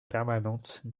permanentes